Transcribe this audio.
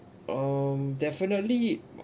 um definitely